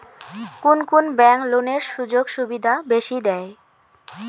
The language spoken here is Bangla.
কুন কুন ব্যাংক লোনের সুযোগ সুবিধা বেশি দেয়?